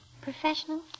Professional